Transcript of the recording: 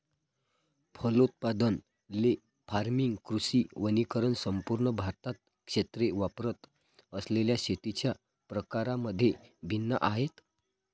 फलोत्पादन, ley farming, कृषी वनीकरण संपूर्ण भारतात क्षेत्रे वापरत असलेल्या शेतीच्या प्रकारांमध्ये भिन्न आहेत